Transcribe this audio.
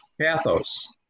pathos